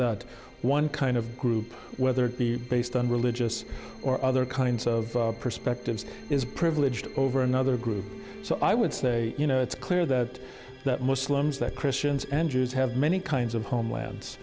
that one kind of group whether it be based on religious or other kinds of perspectives is privileged over another group so i would say you know it's clear that that muslims that christians and jews have many kinds of homeland